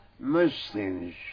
Muslims